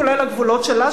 כולל הגבולות שלה,